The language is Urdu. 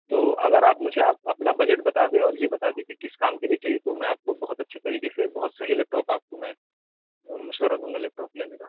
تو اگر آپ مجھے آپ اپنا بجٹ بتا دیں اور یہ بتا دیں کہ کس کام کے لیے چاہیے تو میں آپ کو بہت اچھے طریقے سے بہت صحیح لیپ ٹاپ آپ کو میں مشورہ دوں گا لیپ ٹاپ لینے کا